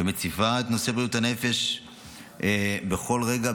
שמציבה את נושא בריאות הנפש בכל רגע,